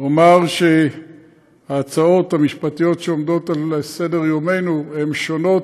אומר שההצעות המשפטיות שעומדות על סדר-יומנו הן שונות,